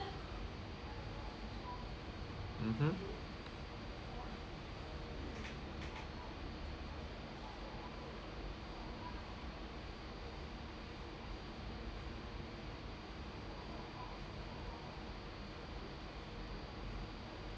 mmhmm